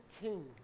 king